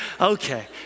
Okay